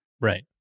Right